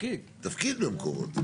תפקיד ב-"מקורות".